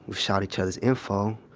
shot each other's info,